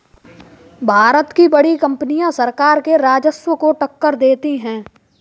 भारत की बड़ी कंपनियां सरकार के राजस्व को टक्कर देती हैं